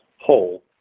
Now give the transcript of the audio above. whole